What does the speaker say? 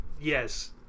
Yes